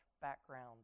background